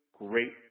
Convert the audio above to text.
great